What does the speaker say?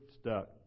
stuck